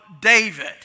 David